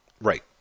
right